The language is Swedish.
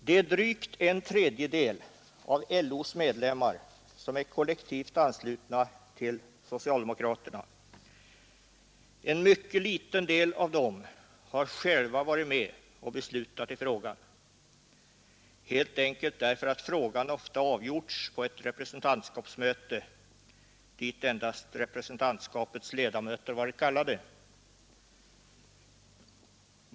Det är drygt en tredjedel av LO:s medlemmar som är kollektivt anslutna till socialdemokratiska partiet. En mycket liten del av dessa har själva varit med och beslutat i frågan, helt enkelt därför att frågan ofta avgjorts på ett representantskapsmöte, dit endast representantskapets ledamöter varit kallade.